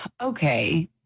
Okay